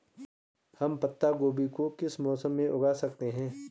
हम पत्ता गोभी को किस मौसम में उगा सकते हैं?